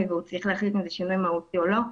והוא צריך להחליט אם זה שינוי מהותי או לא,